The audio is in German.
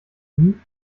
nie